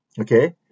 Okay